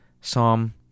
Psalm